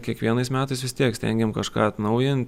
kiekvienais metais vis tiek stengiam kažką atnaujint